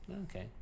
okay